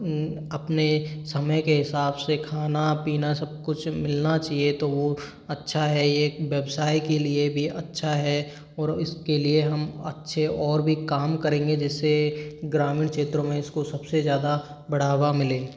अपने समय के हिसाब से खाना पीना सब कुछ मिलना चाहिए तो वो अच्छा है एक व्यवसाय के लिए भी अच्छा है और इसके लिए हम अच्छे और भी काम करेंगे जैसे ग्रामीण क्षेत्रों में इसको सबसे ज़्यादा बढ़ावा मिले